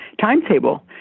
timetable